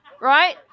right